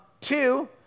Two